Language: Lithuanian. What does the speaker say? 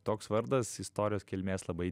toks vardas istorijos kilmės labai